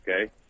Okay